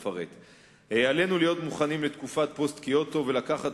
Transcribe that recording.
עלינו להיות מוכנים לתקופת פוסט-קיוטו ולקחת